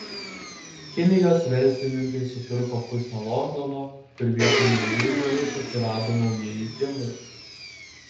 kinijos verslininkai supirko pusę londono kur vietoj naujųjų rusų atsirado naujieji kinai